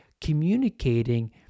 communicating